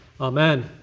Amen